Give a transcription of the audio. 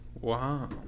Wow